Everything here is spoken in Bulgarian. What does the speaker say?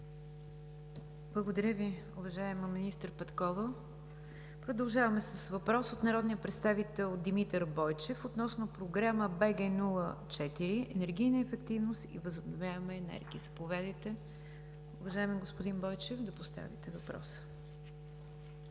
Благодаря Ви, уважаема министър Петкова. Продължаваме с въпрос от народния представител Димитър Бойчев относно Програма BG04 „Енергийна ефективност и възобновяема енергия“. Заповядайте, уважаеми господин Бойчев, да поставите въпроса.